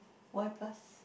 why plus